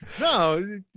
No